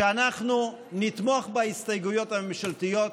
שאנחנו נתמוך בהסתייגויות הממשלתיות.